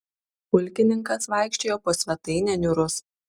pulkininkas vaikščiojo po svetainę niūrus